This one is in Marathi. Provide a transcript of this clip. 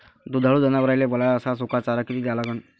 दुधाळू जनावराइले वला अस सुका चारा किती द्या लागन?